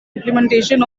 implementation